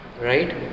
Right